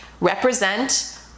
represent